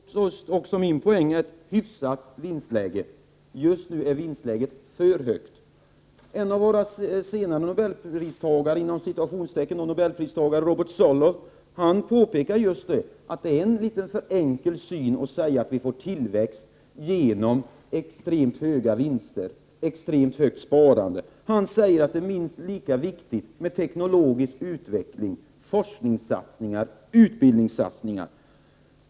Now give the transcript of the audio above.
Herr talman! Jo, det var också min poäng, ett hyfsat vinstläge. Just nu är vinstläget för högt. En av de senaste årens nobelpristagare, Robert Solow, påpekar just att det är att se det litet för enkelt att säga att vi får tillväxt genom extremt höga vinster och extremt högt sparande. Han säger att det är minst lika viktigt med teknologisk utveckling, forskningssatsningar och utbildningssatsningar.